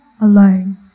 alone